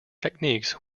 techniques